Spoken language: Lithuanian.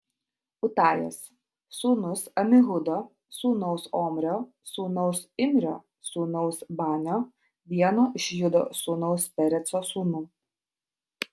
utajas sūnus amihudo sūnaus omrio sūnaus imrio sūnaus banio vieno iš judo sūnaus pereco sūnų